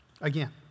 Again